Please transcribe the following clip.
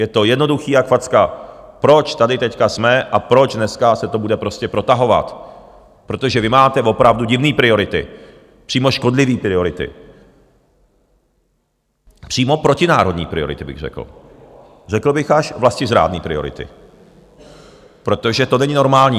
Je to jednoduché jak facka, proč tady teď jsme a proč dneska se to bude prostě protahovat, protože vy máte opravdu divné priority, přímo škodlivé priority, přímo protinárodní priority bych řekl, řekl bych až vlastizrádné priority, protože tohle není normální.